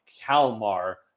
Kalmar